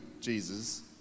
Jesus